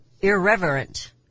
irreverent